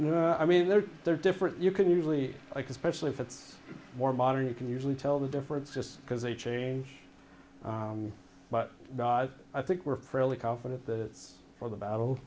here i mean they're they're different you can usually like especially if it's more modern you can usually tell the difference just because they change but i think we're fairly confident that it's for the battle